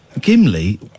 Gimli